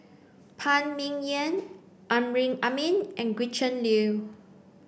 Phan Ming Yen Amrin Amin and Gretchen Liu